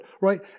right